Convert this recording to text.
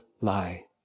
lie